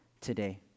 today